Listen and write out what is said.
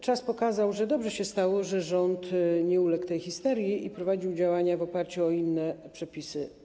Czas pokazał, że dobrze się stało, że rząd nie uległ tej histerii i prowadził działania w oparciu inne przepisy.